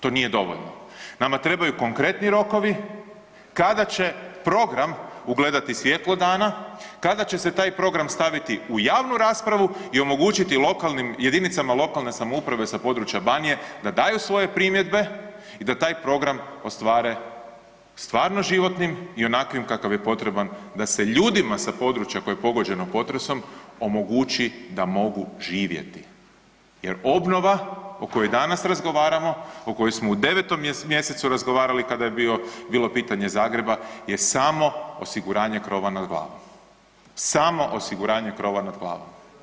To nije dovoljno, nama trebaju konkretni rokovi kada će program ugledati svjetlo dana, kada će se taj program staviti u javnu raspravu i omogućiti jedinicama lokalne samouprave sa područja Banije da daju svoje primjedbe i da taj program ostvare stvarno životnim i onakvim kakav je potreban da se ljudima sa područja koje je pogođeno potresom omogući da mogu živjeti jer obnova o kojoj danas razgovaramo, o kojoj smo u 9. mjesecu razgovarali kada je bilo pitanje Zagreba je samo osiguranje krova nad glavom, samo osiguranje krova nad glavom.